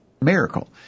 miracle